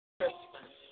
Christmas